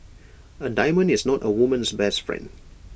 A diamond is not A woman's best friend